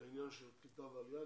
לעניין של קליטה ועלייה,